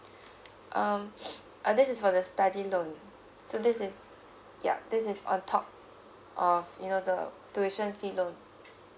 um uh this is for the study loan so this is yup this is on top of you know the tuition fee loan